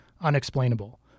unexplainable